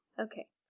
Okay